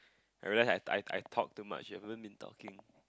I realise I I've talk too much you haven been talking